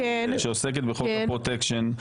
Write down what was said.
שעוסקת בחוק הפרוטקשן,